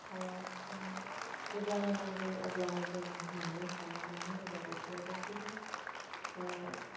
सायाव जों जेब्लानो नांगौ अब्लानो जों मोननो हाया मानो होनोबा बेफोरो गासैबो